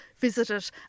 Visited